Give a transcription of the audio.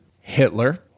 hitler